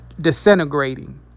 disintegrating